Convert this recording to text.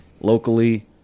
locally